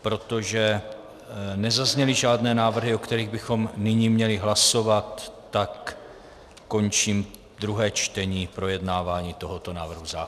Protože nezazněly žádné návrhy, o kterých bychom nyní měli hlasovat, tak končím druhé čtení, projednávání tohoto návrhu zákona.